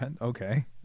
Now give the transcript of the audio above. Okay